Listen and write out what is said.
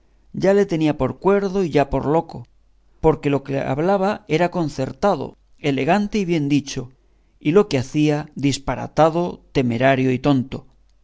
ya le tenía por cuerdo y ya por loco porque lo que hablaba era concertado elegante y bien dicho y lo que hacía disparatado temerario y tonto